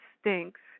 stinks